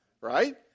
Right